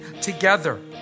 together